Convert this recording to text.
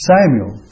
Samuel